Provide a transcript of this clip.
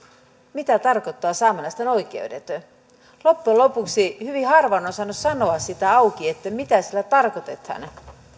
mitä tarkoittavat saamelaisten oikeudet loppujen lopuksi hyvin harva on osannut sanoa sitä auki mitä niillä tarkoitetaan